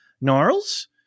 Gnarls